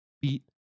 beat